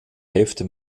hälfte